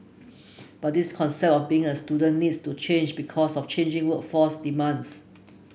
but this concept of being a student needs to change because of changing workforce demands